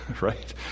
right